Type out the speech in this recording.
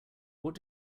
what